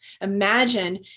Imagine